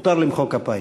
מותר למחוא כפיים.